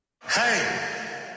Hey